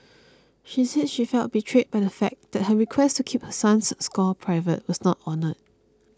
she said she felt betrayed by the fact that her request to keep her son's score private was not honoured